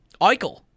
Eichel